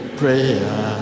prayer